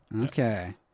Okay